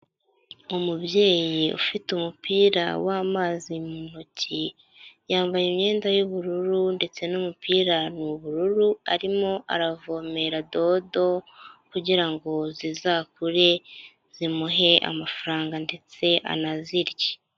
Umubyeyi ufite umupira w'amazi mu ntoki, yambaye imyenda y'ubururu ndetse n'umupira ni ubururu, arimo aravomera dodo, kugira ngo zizakure zimuhe amafaranga ndetse anazirye.